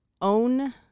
own